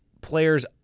Players